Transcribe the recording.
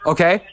Okay